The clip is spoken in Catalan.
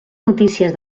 notícies